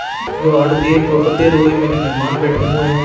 کیونکہ آرڈر دیے بہت دیر ہو گئی میرے مہمان بیٹھے ہوئے ہیں